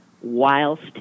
whilst